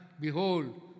behold